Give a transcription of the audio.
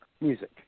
music